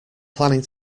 planning